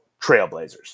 Trailblazers